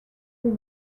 who